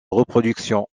reproduction